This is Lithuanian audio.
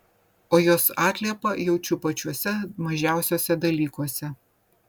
o jos atliepą jaučiu pačiuose mažiausiuose dalykuose